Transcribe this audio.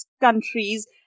countries